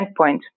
endpoint